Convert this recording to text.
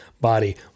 body